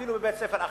אפילו בבית-ספר אחר.